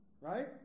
Right